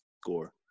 score